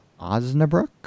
Osnabrück